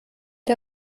der